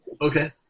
Okay